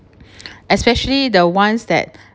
especially the ones that